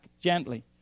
gently